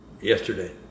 yesterday